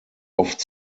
oft